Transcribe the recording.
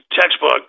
textbook